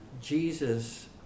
Jesus